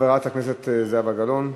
חברת הכנסת זהבה גלאון.